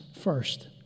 first